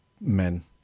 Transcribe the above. men